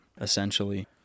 essentially